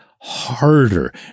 harder